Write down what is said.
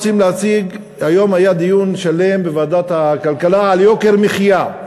היום היה דיון שלם בוועדת הכלכלה על יוקר המחיה,